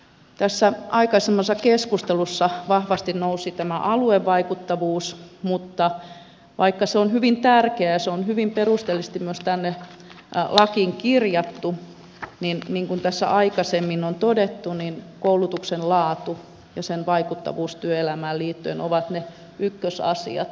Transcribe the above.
tässä aikaisemmassa keskustelussa vahvasti nousi tämä aluevaikuttavuus mutta vaikka se on hyvin tärkeä ja se on hyvin perusteellisesti myös tänne lakiin kirjattu niin kuten tässä aikaisemmin on todettu koulutuksen laatu ja sen vaikuttavuus työelämään liittyen ovat ne ykkösasiat